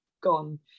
gone